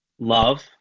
love